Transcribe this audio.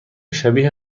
شبیه